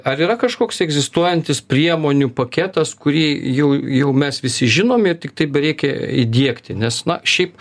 ar yra kažkoks egzistuojantis priemonių paketas kurį jau jau mes visi žinom ir tiktai bereikia įdiegti nes na šiaip